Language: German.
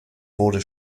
wurde